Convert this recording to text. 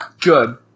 Good